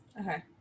Okay